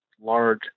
large